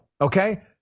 okay